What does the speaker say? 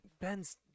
Ben's